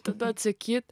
tada atsakyti